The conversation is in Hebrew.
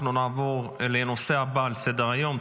אנחנו נעבור לנושא הבא על סדר-היום,